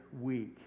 week